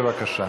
בבקשה.